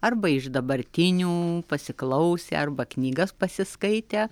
arba iš dabartinių pasiklausę arba knygas pasiskaitę